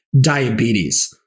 diabetes